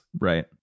Right